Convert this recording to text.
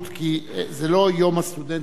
8108,